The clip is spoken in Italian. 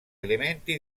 elementi